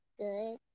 Good